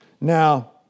Now